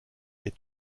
est